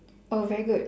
oh very good